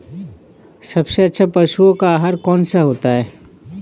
सबसे अच्छा पशुओं का आहार कौन सा होता है?